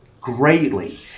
greatly